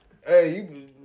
Hey